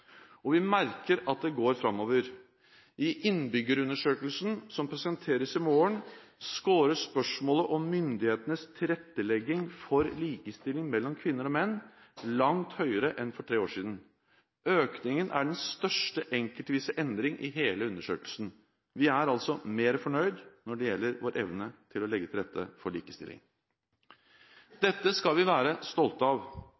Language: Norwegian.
Vi merker at det går framover. I innbyggerundersøkelsen som presenteres i morgen, skårer spørsmålet om myndighetenes tilrettelegging for likestilling mellom kvinner og menn langt høyere enn for tre år siden. Økningen er den største enkeltvise endring i hele undersøkelsen. Vi er altså mer fornøyd når det gjelder vår evne til å legge til rette for likestilling. Dette skal vi være stolte av.